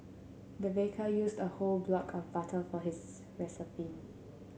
the baker used a whole block of butter for his recipe